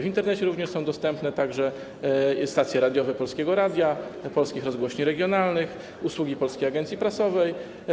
W Internecie są dostępne także stacje radiowe Polskiego Radia, polskich rozgłośni regionalnych, usługi Polskiej Agencji Prasowej.